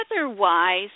Otherwise